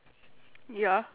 ya